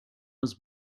was